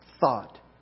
thought